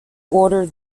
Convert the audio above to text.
order